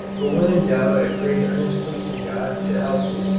but when in doubt i prayed earnestly to god to help me,